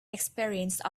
experience